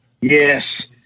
Yes